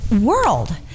world